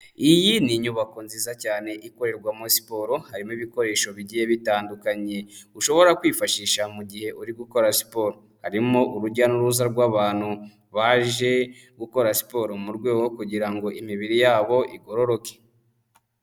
Iyi ni inyubako nziza cyane, ikorerwamo siporo, harimo ibikoresho bigiye bitandukanye ushobora kwifashisha mu gihe uri gukora siporo. Harimo urujya n'uruza rw'abantu baje gukora siporo, mu rwego kugira ngo imibiri yabo igororoke.